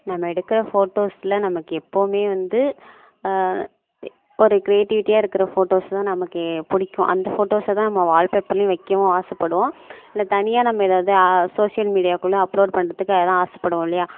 நம்ம எடுக்கிற ஃபோட்டோஸ்ல நமக்கு எப்போவுமே வந்து ஒரு கிரியேட்டிவிட்டியாக இருக்கிற ஃபோட்டோஸ் தான் நமக்கு பிடிக்கும் அந்த ஃபோட்டோஸை தான் நம்ம வால்பேப்பர்லையும் வைக்கவும் ஆசைப்படுவோம் இல்லை தனியாக நம்ம எதாவது சோஷியல் மீடியாக்குள்ள அப்லோட் பண்ணுறத்துக்கு அதெலாம் ஆசைப்படுவோம் இல்லையா